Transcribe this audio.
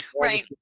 Right